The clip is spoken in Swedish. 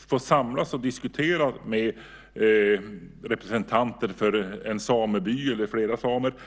När de samlas och diskuterar med representanter för en eller flera samebyar